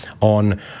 on